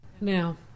Now